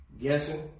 guessing